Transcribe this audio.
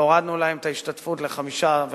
והורדנו להן את ההשתתפות ל-15%,